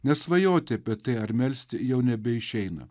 nes svajoti apie tai ar melsti jau nebeišeina